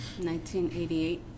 1988